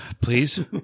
Please